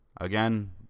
Again